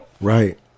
Right